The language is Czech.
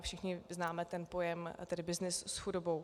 Všichni známe ten pojem byznys s chudobou.